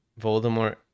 voldemort